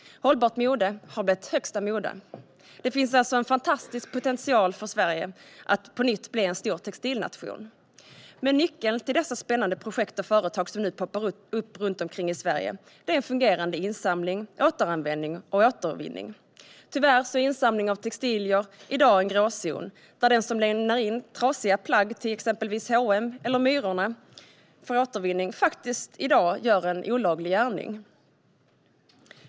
Hållbart mode har blivit högsta mode. Det finns alltså en fantastisk potential för Sverige att på nytt bli en stor textilnation. Men nyckeln till dessa spännande projekt och företag, som nu poppar upp runt omkring i Sverige, är en fungerande insamling, återanvändning och återvinning. Tyvärr är insamling av textilier i dag en gråzon, där den som lämnar in trasiga plagg till exempelvis H&M eller Myrorna för återvinning faktiskt i dag gör sig skyldig till en olaglig gärning.